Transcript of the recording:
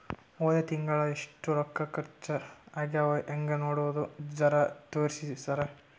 ಹೊದ ತಿಂಗಳ ಎಷ್ಟ ರೊಕ್ಕ ಖರ್ಚಾ ಆಗ್ಯಾವ ಹೆಂಗ ನೋಡದು ಜರಾ ತೋರ್ಸಿ ಸರಾ?